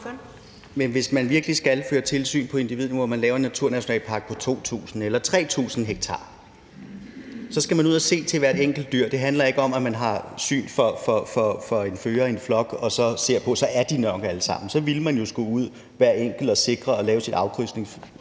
Men hvis man virkelig skal føre tilsyn på individniveau, når man laver en naturnationalpark på 2.000 eller 3.000 ha, skal man ud at se til hvert enkelt dyr. Det handler ikke om, at man har syn for en fører i en flok og så tænker, at de nok er der alle sammen, for så skulle man jo ud og sikre, at hver enkelt